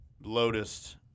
Lotus